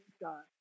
God